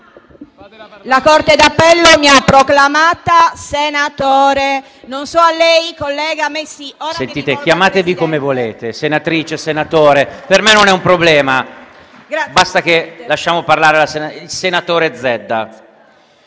La Corte d'appello mi ha proclamata senatore. Non so a lei, collega: a me sì. PRESIDENTE. Chiamatevi come volete: senatrice o senatore, per me non è un problema. Basta che lasciamo parlare il senatore Zedda.